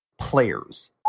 players